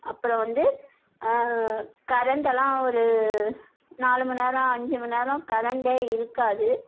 அப்பறம் வந்து கரண்டெல்லாம் ஒரு நாலு மணி நேரம் அஞ்சு மணி நேரம் கரண்டே இருக்காது